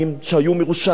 שהיו מרושעים,